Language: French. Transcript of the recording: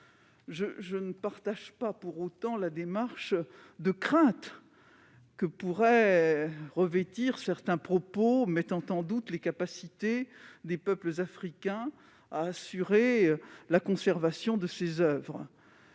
je n'éprouve pas pour autant les craintes que semblent traduire certains propos, mettant en doute les capacités des peuples africains à assurer la conservation de ces oeuvres.